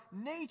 nature